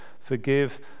forgive